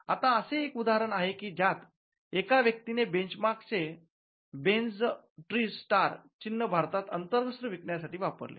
आता एक असे उदाहरण आहे की ज्यात एका व्यक्तीने बेंचमार्क चे बेन्झ ट्री स्टार चिन्ह भारतात अंतर्वस्त्र विकण्यासाठी वापरले